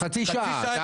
חצי שעה עקצת אותי.